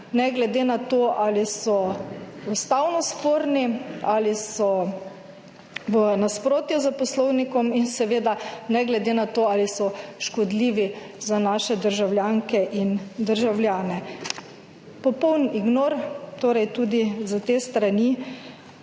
ne glede na to ali so ustavno sporni ali so v nasprotju s Poslovnikom in seveda ne glede na to ali so škodljivi za naše državljanke in državljane. Popoln ignor torej tudi s te strani